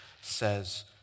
says